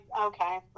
okay